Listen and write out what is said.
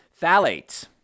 Phthalates